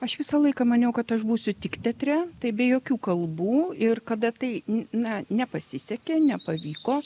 aš visą laiką maniau kad aš būsiu tik teatre tai be jokių kalbų ir kada tai na nepasisekė nepavyko